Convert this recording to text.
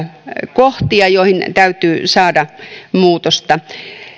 kohtia joihin täytyy saada muutosta